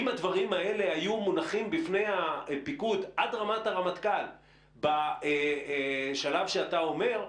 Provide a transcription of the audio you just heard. אם הדברים האלה היו מונחים בפני הפיקוד עד רמת הרמטכ"ל בשלב שאתה אומר,